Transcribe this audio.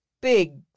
big